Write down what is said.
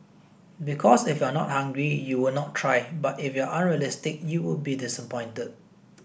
because if you are not hungry you would not try but if you are unrealistic you would be disappointed